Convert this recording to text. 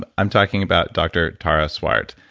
but i'm talking about dr. tara swart.